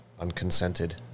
unconsented